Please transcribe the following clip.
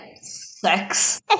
sex